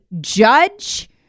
judge